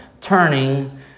turning